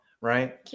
right